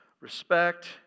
respect